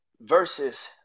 versus